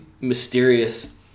mysterious